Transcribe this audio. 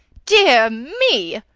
dear me!